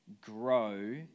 grow